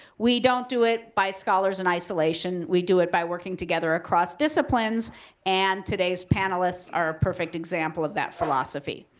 we don't do it by scholars in isolation. we do it by working together across disciplines and today's panelists are a perfect example of that philosophy.